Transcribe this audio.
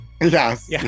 Yes